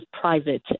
private